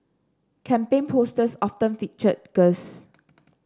campaign posters often featured girls